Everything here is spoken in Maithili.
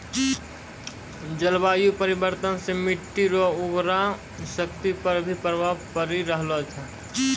जलवायु परिवर्तन से मट्टी रो उर्वरा शक्ति पर भी प्रभाव पड़ी रहलो छै